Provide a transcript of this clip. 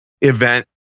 event